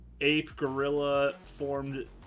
ape-gorilla-formed